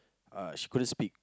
uh she couldn't speak